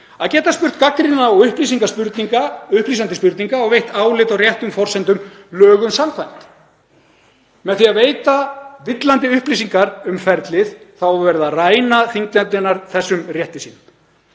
að geta spurt gagnrýninna og upplýsandi spurninga og veitt álit á réttum forsendum lögum samkvæmt. Með því að veita villandi upplýsingar um ferlið þá er verið að ræna þingnefndirnar þessum rétti sínum.